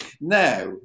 Now